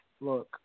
look